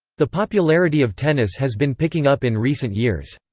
the popularity of tennis has been picking up in recent years.